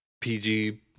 PG